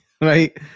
right